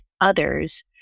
others